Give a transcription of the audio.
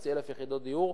21,500 יחידות דיור,